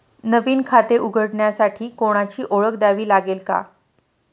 नवीन खाते उघडण्यासाठी कोणाची ओळख द्यावी लागेल का?